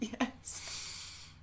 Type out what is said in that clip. Yes